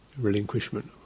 Relinquishment